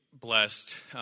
blessed